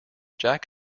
jack